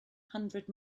hundred